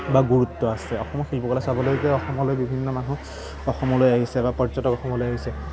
বা গুৰুত্ব আছে অসমৰ শিল্পকলা চাবলৈকে অসমলৈ বিভিন্ন মানুহ অসমলৈ আহিছে বা পৰ্যটক অসমলৈ আহিছে